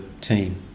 team